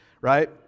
right